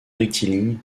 rectiligne